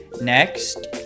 next